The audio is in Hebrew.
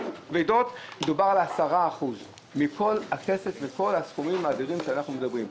וכבדות הם 10% מכול הסכומים האדירים שאנחנו מדברים עליהם.